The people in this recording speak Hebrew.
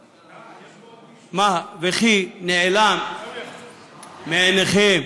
מה, וכי נעלם מעיניכם